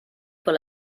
con